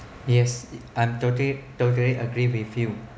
yes I totally totally agree with you